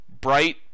bright